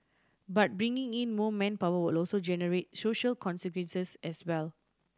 but bringing in more manpower will also generate social consequences as well